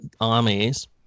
armies